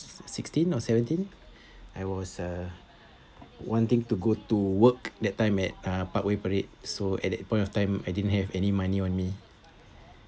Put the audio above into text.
sixteen or seventeen I was uh wanting to go to work that time at uh parkway parade so at that point of time I didn't have any money on me